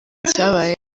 cyabaye